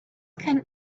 can